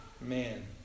man